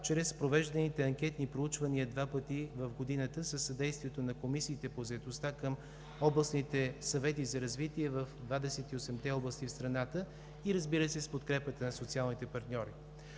чрез провежданите анкетни проучвания два пъти в годината със съдействието на комисиите по заетостта към областните съвети за развитие в 28-те области в страната и, разбира се, с подкрепата на социалните партньори.